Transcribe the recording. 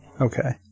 okay